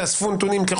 תאספו נתונים.